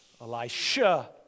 Elisha